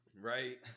Right